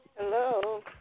Hello